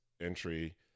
entry